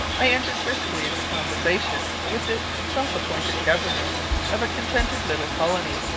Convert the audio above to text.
i entered briskly into conversation with this self-appointed governor of a contented little colony,